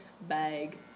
bag